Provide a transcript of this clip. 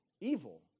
evil